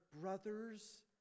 brothers